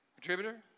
Contributor